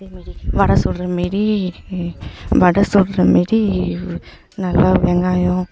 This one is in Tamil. அதேமாரி வடை சுடுற மாரி வடை சுடுற மாரி நல்லா வெங்காயம்